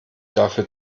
dafür